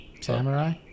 samurai